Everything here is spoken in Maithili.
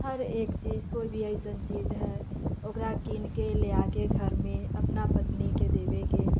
हर एक चीज कोइ भी अइसन चीज हय ओकरा कीनके ले आके घरमे अपना पत्नीके देबैके